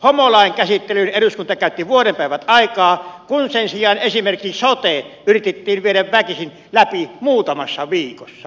homolain käsittelyyn eduskunta käytti vuoden päivät aikaa kun sen sijaan esimerkiksi sote yritettiin viedä väkisin läpi muutamassa viikossa